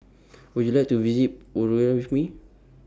Would YOU like to visit with Me